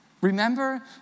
Remember